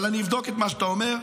אבל אני אבדוק את מה שאתה אומר,